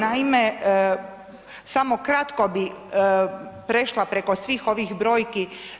Naime, samo kratko bih prešla preko svih ovih brojki.